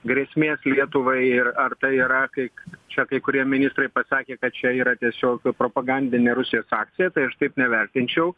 grėsmės lietuvai ir ar tai yra kai čia kai kurie ministrai pasakė kad čia yra tiesiog propagandinė rusijos akcija tai aš tai nevertinčiau